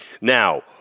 Now